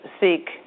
seek